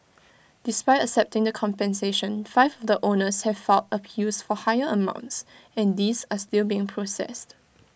despite accepting the compensation five the owners have filed appeals for higher amounts and these are still being processed